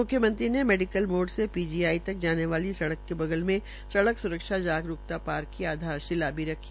मुख्यमंत्री श्री मनोहर लाल ने मेडिकल मोड़ से पीजीआई तक जाने वाली सड़क के बगल में सडक़ सुरक्षा जागरूकता पार्क की आधारशिला भी रखी